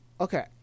Okay